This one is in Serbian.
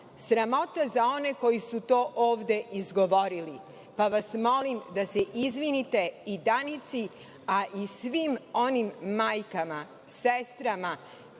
sramota za one koji su to ovde izgovorili, pa vas molim da se izvinite i Danici, a i svim onim majkama, sestrama,